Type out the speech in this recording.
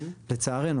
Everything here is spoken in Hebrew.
לצערי.